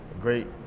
Great